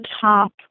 top